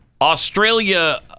Australia